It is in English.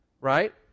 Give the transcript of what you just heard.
right